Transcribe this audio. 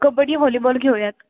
kabaddi volleyball घेऊयात